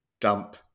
Dump